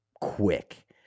quick